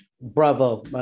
Bravo